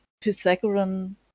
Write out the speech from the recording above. pythagorean